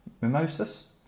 mimosas